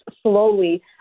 slowly